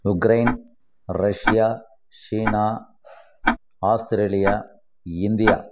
Ukraine Russia China Australia India